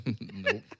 Nope